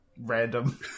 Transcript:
random